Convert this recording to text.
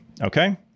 okay